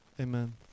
amen